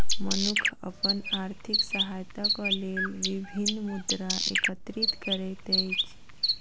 मनुख अपन आर्थिक सहायताक लेल विभिन्न मुद्रा एकत्रित करैत अछि